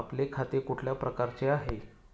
आपले खाते कुठल्या प्रकारचे आहे?